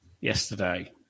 yesterday